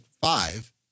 five